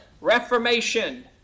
Reformation